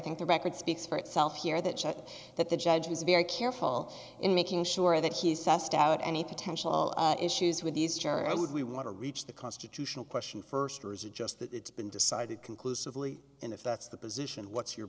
think the record speaks for itself here that showed that the judge was very careful in making sure that he sussed out any potential issues with these jurors would we want to reach the constitutional question first or is it just that it's been decided conclusively and if that's the position what's your